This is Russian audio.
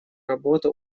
работу